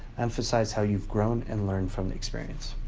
emphasize how you've grown and learned from the experience.